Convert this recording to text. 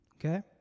Okay